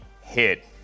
hit